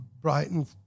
Brighton